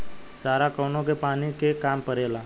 सारा कौनो के पानी के काम परेला